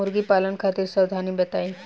मुर्गी पालन खातिर सावधानी बताई?